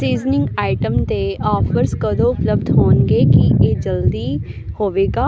seasoning item 'ਤੇ offers ਕਦੋਂ ਉਪਲਬਧ ਹੋਣਗੇ ਕੀ ਇਹ ਜਲਦੀ ਹੋਵੇਗਾ